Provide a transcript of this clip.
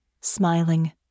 smiling